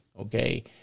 okay